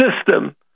system